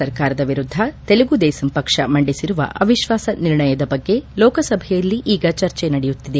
ಸರ್ಕಾರದ ವಿರುದ್ದ ತೆಲುಗು ದೇಸಂ ಪಕ್ಷ ಮಂಡಿಸಿರುವ ಅವಿಶ್ವಾಸ ನಿರ್ಣಯದ ಬಗ್ಗೆ ಲೋಕಸಭೆಯಲ್ಲಿ ಈಗ ಚರ್ಚೆ ನಡೆಯುತ್ತಿದೆ